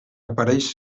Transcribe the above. apareix